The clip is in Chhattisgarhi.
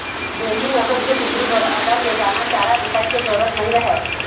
देसी नसल के कुकरी बर अलग ले दाना चारा बिसाए के जरूरत नइ रहय